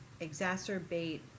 exacerbate